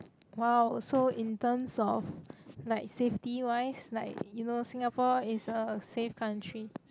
!wow! so in terms of like safety wise like you know Singapore is a safe country